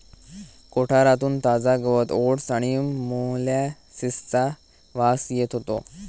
कोठारातून ताजा गवत ओट्स आणि मोलॅसिसचा वास येत होतो